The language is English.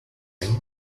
him